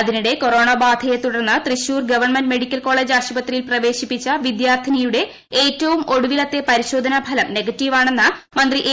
അതിനിടെ കൊറോണ ബാധയെ തുടർന്ന് തൃശൂർ ഗവൺമെന്റ് മെഡിക്കൽ കോളജ് ആശുപത്രിയിൽ പ്രവേശിപ്പിച്ച വിദ്യാർഥിനിയുടെ ഏറ്റവും ഒടുവിലത്തെ പരിശോധനാഫലം നെഗറ്റീവ് ആണെന്ന് മന്ത്രി എ